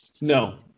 No